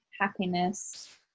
happiness